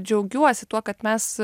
džiaugiuosi tuo kad mes